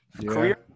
career